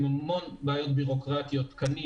עם המון בעיות ביורוקרטיות של תקנים,